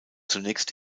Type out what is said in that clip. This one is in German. zunächst